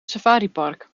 safaripark